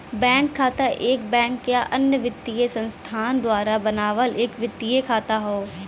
bank खाता एक bank या अन्य वित्तीय संस्थान द्वारा बनावल एक वित्तीय खाता हौ